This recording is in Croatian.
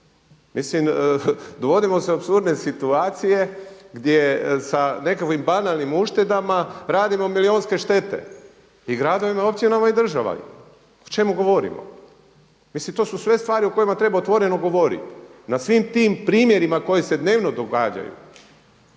mislim dovodimo se u apsurdne situacije gdje sa nekakvim banalnim uštedama radimo milijunske štete i gradovima, i općinama i državi. O čemu govorimo? Mislim to su sve stvari o kojima treba otvoreno govoriti. Na svim tim primjerima koji se dnevno događaju